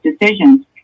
decisions